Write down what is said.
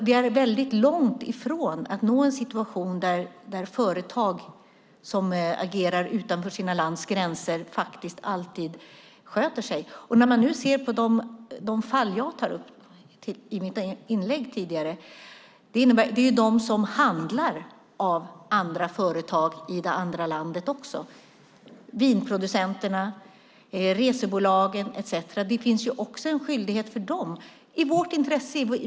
Vi är långt från en situation där företag som agerar utanför sina länders gränser alltid sköter sig. När man nu ser på de fall jag tog upp i mitt inlägg tidigare gäller det också de som handlar av andra företag i det andra landet. Det är vinproducenterna, resebolagen etcetera. Det finns ju en skyldighet för dem också i vårt intresse.